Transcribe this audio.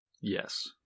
Yes